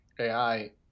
AI